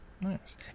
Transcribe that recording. Nice